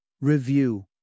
Review